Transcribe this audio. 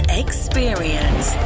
experience